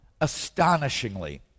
astonishingly